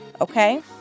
Okay